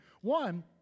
One